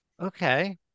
okay